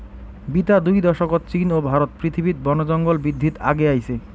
বিতা দুই দশকত চীন ও ভারত পৃথিবীত বনজঙ্গল বিদ্ধিত আগে আইচে